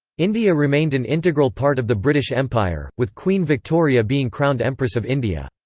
india remained an integral part of the british empire, with queen victoria being crowned empress of india.